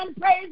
Praise